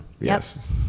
Yes